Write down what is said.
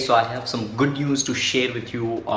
so i have some good news to share with you, or